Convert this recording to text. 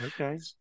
Okay